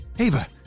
Ava